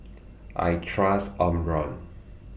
I Trust Omron